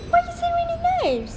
why is it raining knives